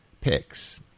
picks